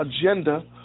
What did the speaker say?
agenda